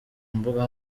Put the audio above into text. mbuga